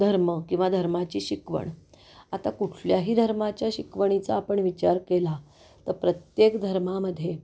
धर्म किंवा धर्माची शिकवण आता कुठल्याही धर्माच्या शिकवणीचा आपण विचार केला तर प्रत्येक धर्मामध्ये